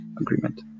Agreement